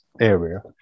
area